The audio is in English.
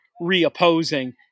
re-opposing